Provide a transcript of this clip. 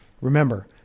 Remember